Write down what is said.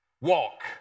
walk